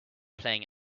playing